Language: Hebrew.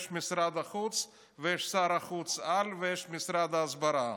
יש משרד החוץ ויש שר החוץ-העל ויש משרד ההסברה.